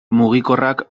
mugikorrak